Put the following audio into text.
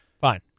Fine